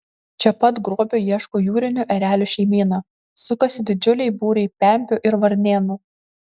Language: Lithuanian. čia pat grobio ieško jūrinių erelių šeimyna sukasi didžiuliai būriai pempių ir varnėnų